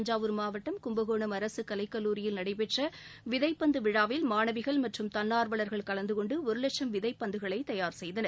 தஞ்சாவூர் மாவட்டம் கும்பகோணம் அரசு கலைக்கல்லூரில் நடைபெற்ற விதைப்பந்து விழாவில் மாணவிகள் மற்றும் தன்னார்வல்கள் கலந்து கொண்டு ஒரு லட்சம் விதைப் பந்துகளை தயார் செய்தனர்